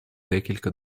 декілька